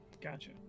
Gotcha